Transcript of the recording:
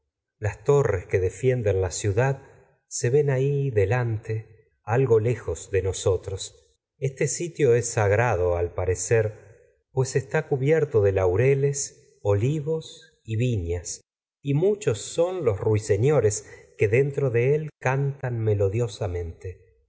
las torres se antígona padre que defienden la ciudad ven ahí delantq algo lejos de nosotros este sitio es sagrado al parecer pues está cutragedias de sófocles bierto de laureles olivos y viñas y muchos son los rui señores que dentro de él cantan